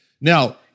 Now